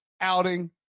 outing